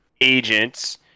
agents